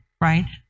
right